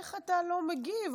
איך אתה לא מגיב?